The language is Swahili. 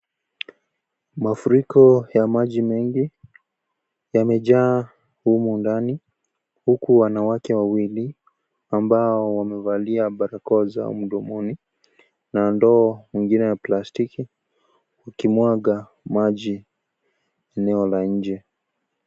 Mafuriko ya maji mengi yamejaa humo ndani huku wanawake wawili ambao wamevalia barakoa zao mdomoni na ndoo nyingine ya plastiki ukimwaga maji eneo la nje.